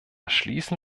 schließen